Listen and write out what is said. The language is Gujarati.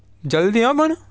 જલ્દી હા પણ